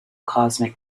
cosmic